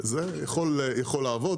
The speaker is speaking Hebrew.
זה יכול לעבוד.